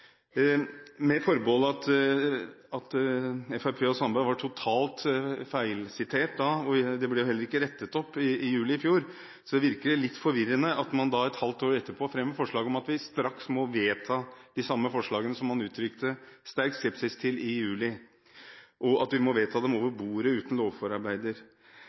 og Sandberg var totalt feilsitert da – det ble heller ikke rettet opp i juli i fjor – virker det litt forvirrende at man et halvt år etterpå fremmer forslag om at vi straks må vedta – over bordet og uten lovforarbeider – de samme forslagene som man uttrykte sterk skepsis til i juli. At Fremskrittspartiet ønsker å hoppe bukk over høringsrunden og